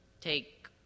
take